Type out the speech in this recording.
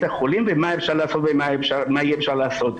חולים ומה אפשר לעשות ומה אי אפשר לעשות.